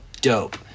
dope